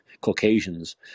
Caucasians